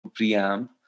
preamp